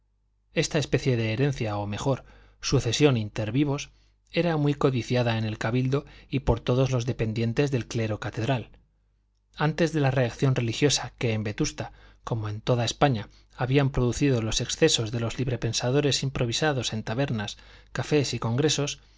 esta especie de herencia o mejor sucesión inter vivos era muy codiciada en el cabildo y por todos los dependientes del clero catedral antes de la reacción religiosa que en vetusta como en toda españa habían producido los excesos de los libre pensadores improvisados en tabernas cafés y congresos